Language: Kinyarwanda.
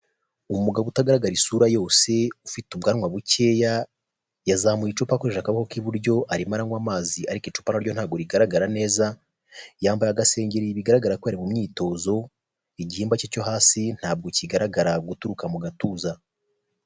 Uwo umugabo utagaragara isura yose ufite ubwanwa bukeya yazamuye icupa akoresheje agabokoko k'iburyo arimo aranywa amazi ariko icupa naryo ntabwo rigaragara neza yambaye agasengeri bigaragara ko ari mu myitozo igihimba cye cyo hasi ntabwo kigaragara guturuka mu gatuza.